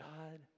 God